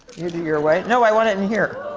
you do your way. no, i want it in here.